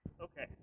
Okay